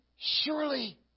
Surely